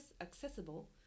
accessible